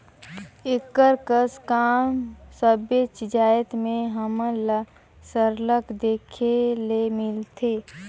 एकर कस काम सबेच जाएत में हमन ल सरलग देखे ले मिलथे